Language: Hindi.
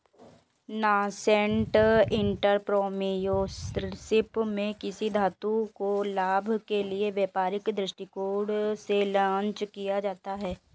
नासेंट एंटरप्रेन्योरशिप में किसी वस्तु को लाभ के लिए व्यापारिक दृष्टिकोण से लॉन्च किया जाता है